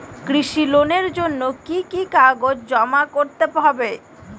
কৃষি লোনের জন্য কি কি কাগজ জমা করতে হবে?